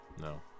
no